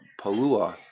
Palua